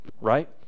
right